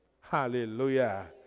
Hallelujah